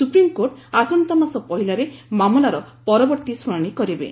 supreme court ଆସନ୍ତାମାସ ପହିଲାରେ ମାମଲାର ପରବର୍ତ୍ତୀ ଶ୍ରୁଣାଣି କରିବେ